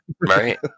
Right